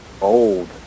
old